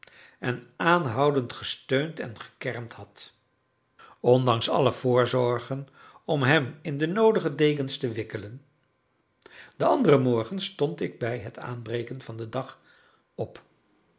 en aanhoudend gesteund en gekermd had ondanks alle voorzorgen om hem in de noodige dekens te wikkelen den anderen morgen stond ik bij het aanbreken van den dag op